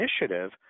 initiative